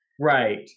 Right